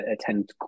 attend